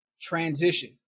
transition